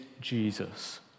Jesus